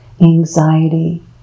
anxiety